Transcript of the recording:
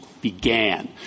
began